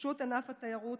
התאוששות ענף התיירות,